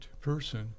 person